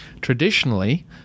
Traditionally